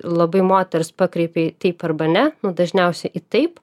labai moters pakreipia į taip arba ne dažniausiai į taip